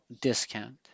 discount